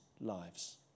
lives